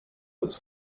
was